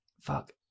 Fuck